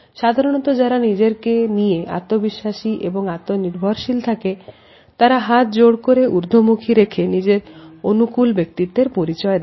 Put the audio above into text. সাধারণত যারা নিজেদেরকে নিয়ে আত্মবিশ্বাসী হয় এবং আত্মনির্ভরশীল থাকে তারা হাতজোড় করে ঊর্ধ্বমুখী রেখে নিজের অনুকূল ব্যক্তিত্বের পরিচয় দেয়